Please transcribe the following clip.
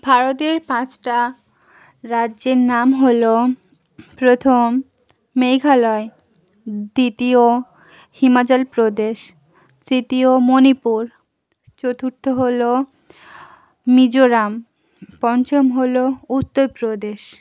ভারতের পাঁচটা রাজ্যের নাম হল প্রথম মেঘালয় দ্বিতীয় হিমাচলপ্রদেশ তৃতীয় মণিপুর চতুর্থ হল মিজোরাম পঞ্চম হল উত্তরপ্রদেশ